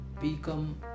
become